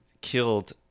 killed